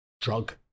drug